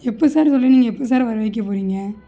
எப்போ சார் சொல்லி நீங்கள் எப்போ சார் வர வைக்க போகிறிங்க